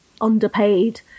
underpaid